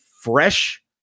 fresh